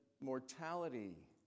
mortality